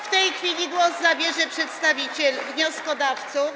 W tej chwili głos zabierze przedstawiciel wnioskodawców.